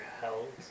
held